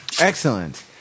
Excellent